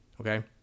Okay